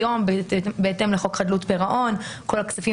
היום בהתאם לחוק חדלות פירעון כל הכספים